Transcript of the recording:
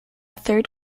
third